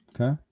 okay